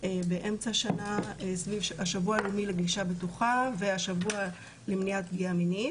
באמצע שנה סביב השבוע הלאומי לגלישה בטוחה והשבוע למניעת פגיעה מינית,